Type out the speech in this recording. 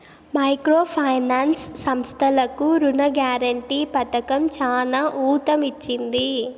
micro finance సంస్థలకు రుణ guarantee పథకం చానా ఊతమిచ్చింది